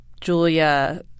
Julia